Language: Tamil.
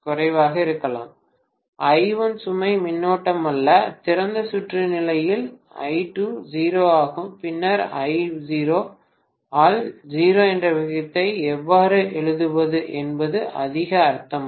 மாணவர் 4403 பேராசிரியர் I1 சுமை மின்னோட்டமல்ல திறந்த சுற்று நிலையில் I2 0 ஆகும் பின்னர் I0 ஆல் 0 என்ற விகிதத்தை எவ்வாறு எழுதுவது என்பது அதிக அர்த்தமல்ல